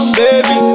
baby